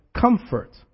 comfort